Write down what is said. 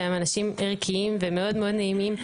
שהם אנשים ערכיים ומאוד מאוד נעימים,